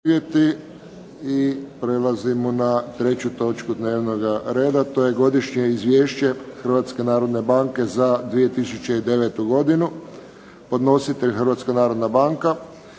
Prelazimo na 3. točku dnevnog reda. To je - Godišnje izvješće Hrvatske narodne banke za 2009. godinu Podnositelj: Hrvatska narodna banka